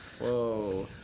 Whoa